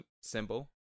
symbol